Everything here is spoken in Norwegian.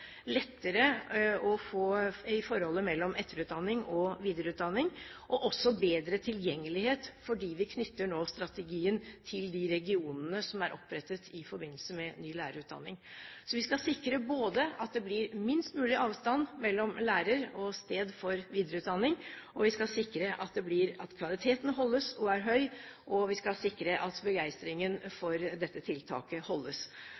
lettere i forholdet mellom etterutdanning og videreutdanning, og for at det også blir bedre tilgjengelighet, fordi vi nå knytter strategien til de regionene som er opprettet i forbindelse med ny lærerutdanning. Vi skal sikre både at det blir minst mulig avstand mellom lærer og sted for videreutdanning, vi skal sikre at kvaliteten holdes høy, og vi skal sikre at begeistringen for dette tiltaket holdes.